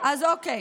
אז אוקיי,